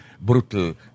brutal